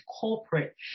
corporate